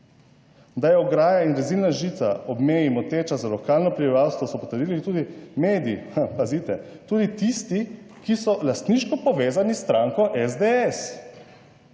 Da je ograja in rezilna žica ob meji moteča za lokalno prebivalstvo, so potrdili tudi mediji. Pazite, tudi tisti, ki so lastniško povezani s stranko SDS,